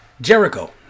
Jericho